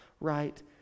right